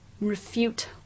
refute